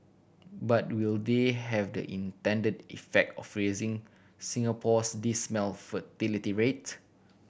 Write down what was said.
but will they have the intended effect of raising Singapore's dismal fertility rate